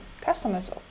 customers